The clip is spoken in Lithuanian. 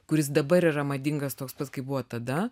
kuris dabar yra madingas toks pats kaip buvo tada